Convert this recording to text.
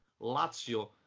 Lazio